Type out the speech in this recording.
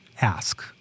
ask